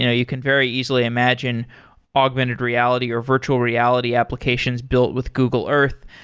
you know you can very easily imagine augmented reality, or virtual reality applications built with google earth.